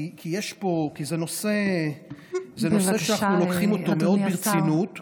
כי זה נושא שאנחנו לוקחים מאוד ברצינות.